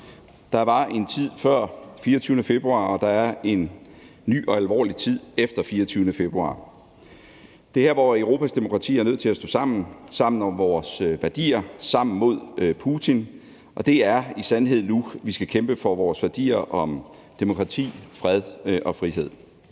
Der var en tid før den 24. februar, og der er en ny og alvorlig tid efter den 24. februar. Det er her, hvor Europas demokratier er nødt til at stå sammen, sammen om vores værdier, sammen mod Putin. Og det er i sandhed nu, vi skal kæmpe for vores værdier om demokrati, fred og frihed.